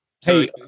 Hey